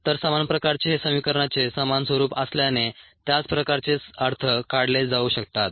तर समान प्रकारचे हे समीकरणाचे समान स्वरूप असल्याने त्याच प्रकारचे अर्थ काढले जाऊ शकतात